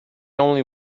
only